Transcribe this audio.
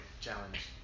challenge